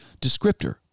descriptor